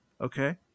Okay